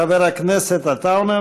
חבר הכנסת עטאונה,